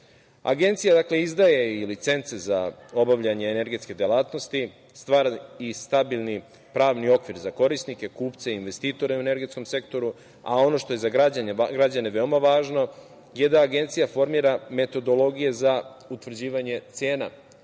kupaca. Agencija izdaje i licence za obavljanje energetske delatnosti, stvara stabilni pravni okvir za korisnike, kupce, investitore u energetskom sektoru, a ono što je za građane veoma važno je da Agencija formira metodologije za utvrđivanje cena,